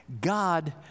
God